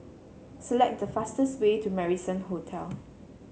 select the fastest way to Marrison Hotel